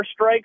airstrikes